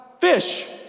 fish